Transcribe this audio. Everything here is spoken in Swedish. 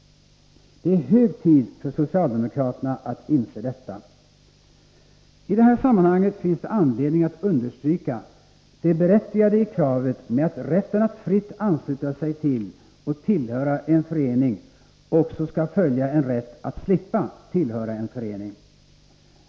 Det är hög tid för socialdemokraterna att inse detta. I det här sammanhanget finns det anledning att understryka det berättigadei kravet att med rätten att fritt ansluta sig till och tillhöra en förening också skall följa en rätt att slippa tillhöra en förening.